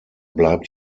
bleibt